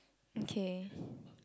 okay